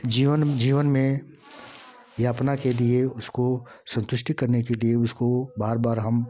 जीवन जीवन में ये अपना के लिए उसको संतुष्टि करने के लिए उसको बार बार हम